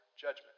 judgment